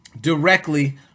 directly